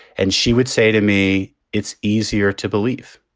and she would say to me, it's easier to believe.